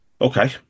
Okay